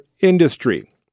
industry